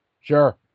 Sure